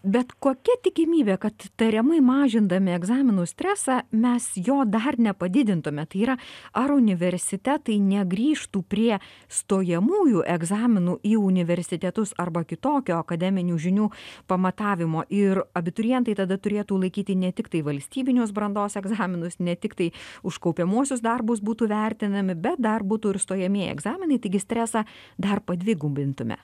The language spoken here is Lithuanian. bet kokia tikimybė kad tariamai mažindami egzaminų stresą mes jo dar nepadidintume tai yra ar universitetai negrįžtų prie stojamųjų egzaminų į universitetus arba kitokio akademinių žinių pamatavimo ir abiturientai tada turėtų laikyti ne tiktai valstybinius brandos egzaminus ne tiktai už kaupiamuosius darbus būtų vertinami bet dar būtų ir stojamieji egzaminai taigi stresą dar padvigubintume